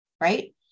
right